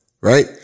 Right